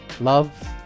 love